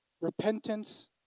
repentance